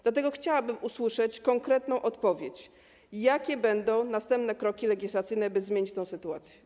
Dlatego chciałabym usłyszeć konkretną odpowiedź na pytanie: Jakie będą następne kroki legislacyjne, by zmienić tę sytuację?